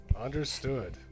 Understood